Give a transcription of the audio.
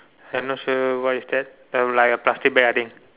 I'm not sure what is that like a plastic bag I think